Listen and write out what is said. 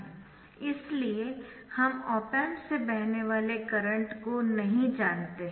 इसलिए हम op amp से बहने वाले करंट को नहीं जानते है